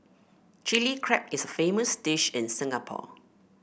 Chilli Crab is a famous dish in Singapore